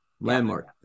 Landmark